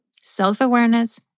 Self-awareness